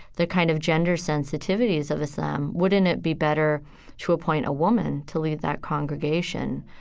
the kind of gender sensitivities of islam, wouldn't it be better to appoint a woman to lead that congregation?